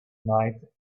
night